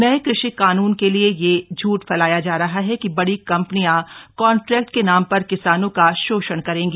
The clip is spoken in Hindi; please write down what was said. नये कृषि कानून के लिए यह झूठ फैलाया जा रहा है कि बड़ी कंपनियां कॉन्ट्रैक्ट के नाम पर किसानों का शोषण करेगी